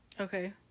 Okay